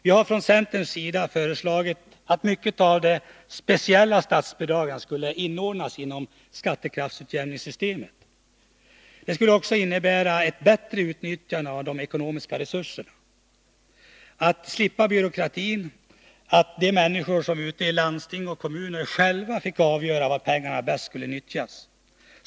Vi har från centerns sida föreslagit att mycket av de speciella statsbidragen skulle inordnas inom skattekraftsutjämningssystemet. Det skulle också innebära ett bättre utnyttjande av de ekonomiska resurserna. Man skulle slippa byråkratin, och människor ute i landsting och kommuner fick själva avgöra var pengarna bäst skulle nyttjas.